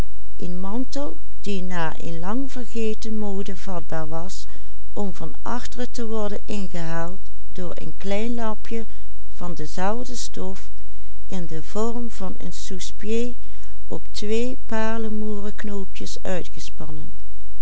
om van achteren te worden ingehaald door een klein lapje van dezelfde stof in den vorm van een souspied op twee paarlemoeren knoopjes uitgespannen